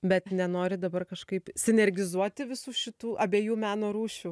bet nenori dabar kažkaip sinergizuoti visų šitų abiejų meno rūšių